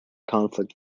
conflict